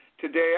today